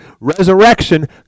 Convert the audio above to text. resurrection